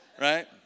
Right